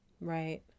Right